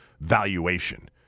valuation